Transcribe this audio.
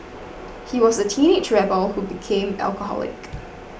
he was a teenage rebel who became alcoholic